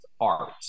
art